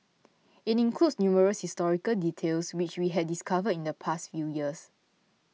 it includes numerous historical details which we had discovered in the past few years